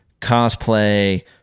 cosplay